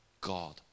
God